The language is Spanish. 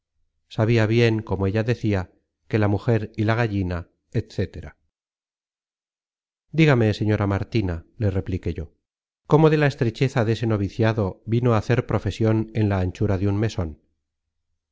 sabia bien como ella decia que la mujer y la gallina etc dígame señora martina le repliqué yo cómo de content from google book search generated at la estrecheza dese noviciado vino á hacer profesion en la anchura de un meson